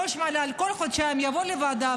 ראש המל"ל כל חודשיים יבוא לוועדה,